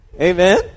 Amen